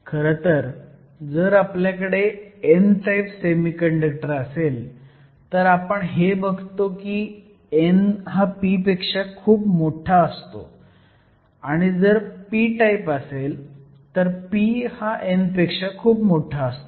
खरं तर जर आपल्याकडे n टाईप सेमीकंडक्टर असेल तर आपण हे बघतो की n हा p पेक्षा खूप मोठा असतो आणि जर p टाईप असेल तर p हा n पेक्षा खूप मोठा असतो